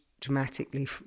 dramatically